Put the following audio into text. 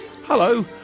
Hello